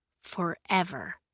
forever